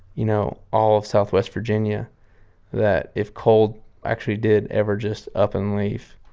you know, all of southwest virginia that if coal actually did ever just up and leave,